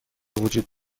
وجود